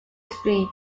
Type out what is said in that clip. street